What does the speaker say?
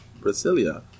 Brasilia